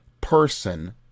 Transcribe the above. person